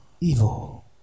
evil